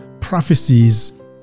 prophecies